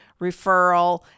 referral